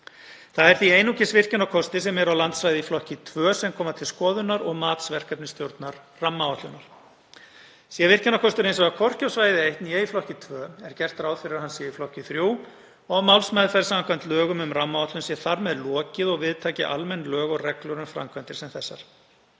Það er því einungis virkjunarkostir sem eru á landsvæði í flokki 2 sem koma til skoðunar og mats verkefnisstjórnar rammaáætlunar. Sé virkjunarkostur hins vegar hvorki á svæði í flokki 1 né í flokki 2 er gert ráð fyrir að hann sé í flokki 3 og málsmeðferð samkvæmt lögum um rammaáætlun sé þar með lokið og við taki almenn lög og reglur um framkvæmdir sem þessar.